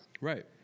Right